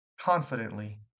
confidently